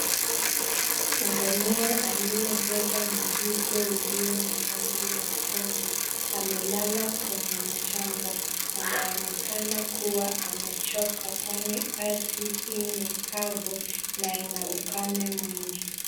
Ngamia amebeba mzigo ulio na rangi nyekundu, amelala kwenye mchanga. Anaonekana kua amechoka kwani ardhi hii ni kavu na Ina ukame mwingi.